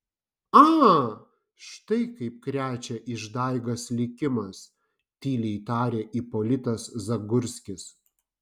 a štai kaip krečia išdaigas likimas tyliai tarė ipolitas zagurskis